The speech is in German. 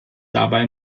dabei